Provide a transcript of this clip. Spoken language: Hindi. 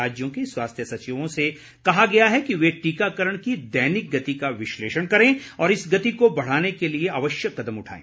राज्यों के स्वास्थ्य सचिवों से कहा गया है कि वे टीकाकरण की दैनिक गति का विश्लेषण करें और इस गति को बढ़ाने के लिए जरूरी कदम उठाएं